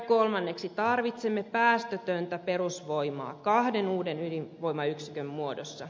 kolmanneksi tarvitsemme päästötöntä perusvoimaa kahden uuden ydinvoimayksikön muodossa